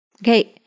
Okay